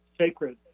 sacred